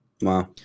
Wow